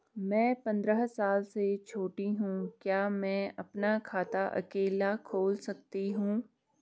मैं पंद्रह साल से छोटी हूँ क्या मैं अपना खाता अकेला खोल सकती हूँ?